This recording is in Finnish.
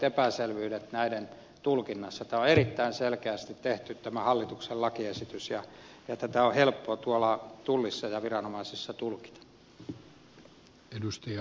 tämä hallituksen lakiesitys on erittäin selkeästi tehty ja tätä on helppo tullissa ja viranomaisissa tulkita